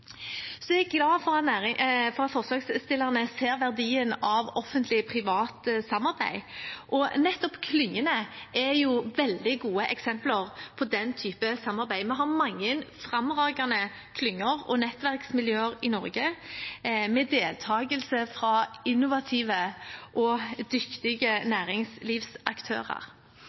Jeg glad for at forslagsstillerne ser verdien av offentlig-privat samarbeid, og nettopp klyngene er jo veldig gode eksempler på den typen samarbeid. Vi har mange fremragende klynger og nettverksmiljøer i Norge med deltakelse fra innovative og dyktige næringslivsaktører.